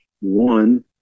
one